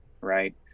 right